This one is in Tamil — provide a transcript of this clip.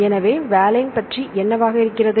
எனவே வாலைன் பற்றி என்னவாக இருக்கிறது